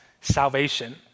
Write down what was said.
salvation